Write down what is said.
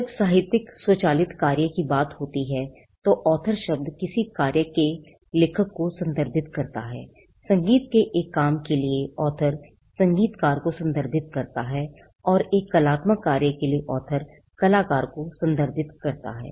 जब साहित्यिक स्वचालित कार्य की बात होती हैतो Author शब्द किसी कार्य के लेखक को संदर्भित करता है संगीत के एक काम के लिए author संगीतकार को संदर्भित करता है और एक कलात्मक कार्य के लिए author कलाकार को संदर्भित करता है